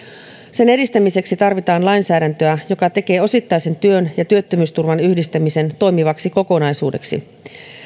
sen edistämiseksi tarvitaan lainsäädäntöä joka tekee osittaisen työn ja työttömyysturvan yhdistämisen toimivaksi kokonaisuudeksi